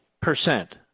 percent